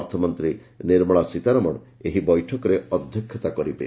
ଅର୍ଥମନ୍ତୀ ନିର୍ମଳା ସୀତାରମଣ ଏହି ବୈଠକରେ ଅଧ୍ୟକ୍ଷତା କରିବେ